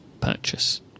purchase